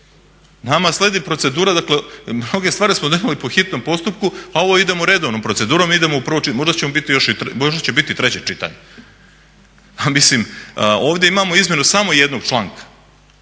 Nama slijedi procedura, dakle mnoge stvari smo donijeli po hitnom postupku a ovo idemo redovnom procedurom, idemo u prvo čitanje. Možda će biti i treće čitanje. Ovdje imamo izmjenu samo jednog članka